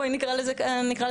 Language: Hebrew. בואי נקרא לזה ככה,